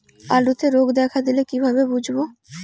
আলুতে রোগ দেখা দিলে কিভাবে বুঝবো?